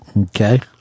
Okay